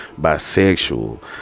bisexual